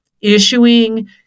issuing